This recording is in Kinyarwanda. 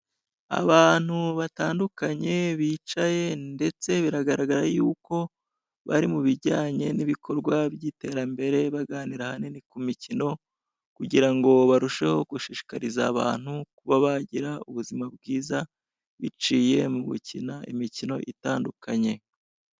Abantu batandukanye bicaye ndetse biragaragara yuko bari mu bijyanye n' ibikorwa by' iterambere baganira ahanini ku mikino kugira ngo barusheho gushishikariza abantu kuba bagira ubuzima bwiza biciye mu gukina imikino itandukanye.